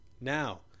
Now